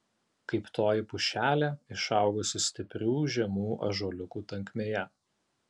kaip toji pušelė išaugusi stiprių žemų ąžuoliukų tankmėje